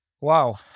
Wow